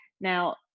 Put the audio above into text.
now